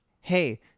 hey